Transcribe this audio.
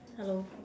hello